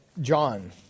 John